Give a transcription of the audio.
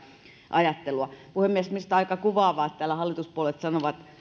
ajattelua puhemies minusta on aika kuvaavaa että täällä hallituspuolueet sanovat